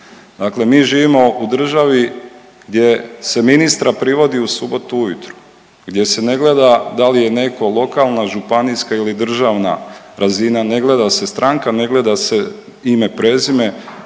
Dakle mi živimo u državi gdje se ministra privodi u subotu ujutro, gdje se ne gleda da li je netko lokalna, županijska ili državna razina, ne gleda se stranka, ne gleda se ime, prezime,